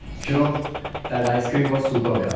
you know that ice cream was superb. yeah